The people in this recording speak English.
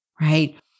right